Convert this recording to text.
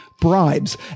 bribes